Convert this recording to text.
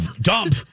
Dump